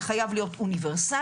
זה חייב להיות אוניברסלי,